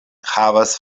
havas